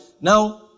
Now